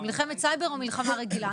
מלחמת סייבר או מלחמה רגילה.